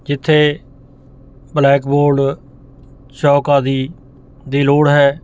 ਜਿੱਥੇ blackboard chalk ਆਦਿ ਦੀ ਲੋੜ ਹੈ